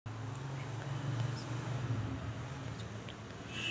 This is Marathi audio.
बँक खात्या संग मोबाईल नंबर भी जोडा लागते काय?